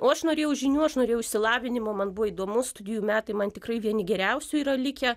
o aš norėjau žinių aš norėjau išsilavinimo man buvo įdomu studijų metai man tikrai vieni geriausių yra likę